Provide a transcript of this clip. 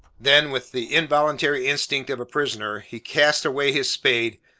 than, with the involuntary instinct of a prisoner, he cast away his spade,